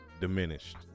diminished